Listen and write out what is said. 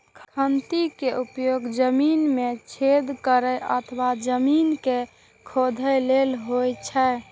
खंती के उपयोग जमीन मे छेद करै अथवा जमीन कें खोधै लेल होइ छै